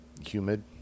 humid